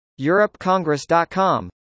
EuropeCongress.com